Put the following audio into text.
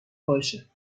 باشه